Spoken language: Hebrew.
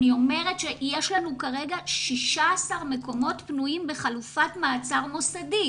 אני אומרת שיש לנו כרגע 16 מקומות פנויים בחלופת מעצר מוסדית.